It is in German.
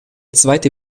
zweite